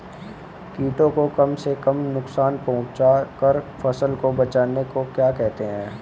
कीटों को कम से कम नुकसान पहुंचा कर फसल को बचाने को क्या कहते हैं?